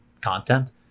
content